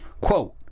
quote